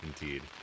indeed